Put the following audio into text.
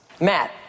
Matt